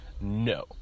No